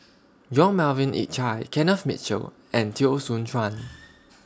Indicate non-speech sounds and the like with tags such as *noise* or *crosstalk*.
Yong Melvin Yik Chye Kenneth Mitchell and Teo Soon Chuan *noise*